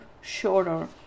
shorter